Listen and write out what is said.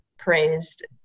praised